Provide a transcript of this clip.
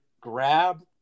grab